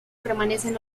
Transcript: permanecen